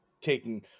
taking –